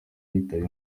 yitaba